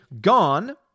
Gone